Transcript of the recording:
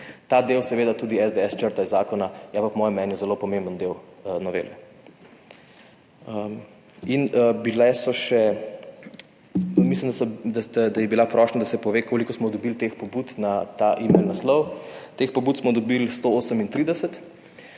Ta del seveda tudi SDS črta iz zakona, je pa po mojem mnenju zelo pomemben del novele. In bile so še, mislim da je bila prošnja, da se pove, koliko smo dobili teh pobud na ta e-mail naslov. Teh pobud smo dobili 138,